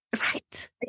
right